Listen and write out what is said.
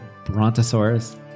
brontosaurus